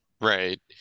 Right